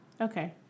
Okay